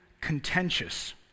contentious